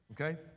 okay